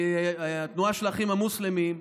התנועה של האחים המוסלמים,